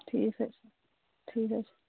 ٹھیٖک حَظ چھُ ٹھیٖک حَظ چھُ